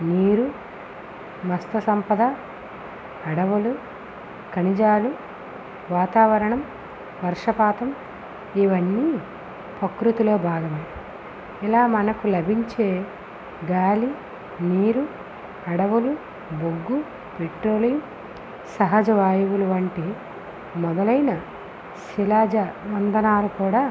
నీరు మత్స్య సంపద అడవులు ఖనిజాలు వాతావరణం వర్షపాతం ఇవన్నీ ప్రకృతిలో భాగమే ఇలా మనకు లభించే గాలి నీరు అడవులు బొగ్గు పెట్రోలు సహజ వాయువులు వంటి మొదలైన శిలాజ ఇంధనాలు కూడా